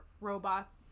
robot